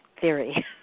theory